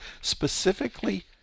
specifically